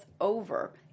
over